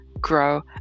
grow